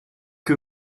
que